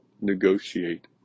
negotiate